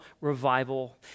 revival